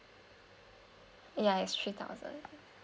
ya is three thousand